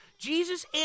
Jesus